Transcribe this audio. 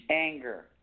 Anger